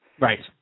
Right